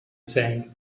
sand